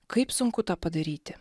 kaip sunku tą padaryti